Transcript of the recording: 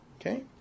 okay